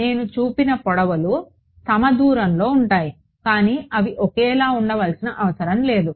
నేను చూపిన పొడవులు సమదూరంలో ఉంటాయి కానీ అవి ఒకేలా ఉండవలసిన అవసరం లేదు